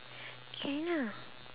can ah